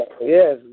Yes